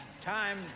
Time